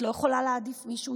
את לא יכולה להעדיף מישהו,